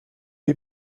die